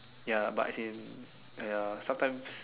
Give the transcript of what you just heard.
ya but in ya sometimes